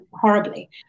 horribly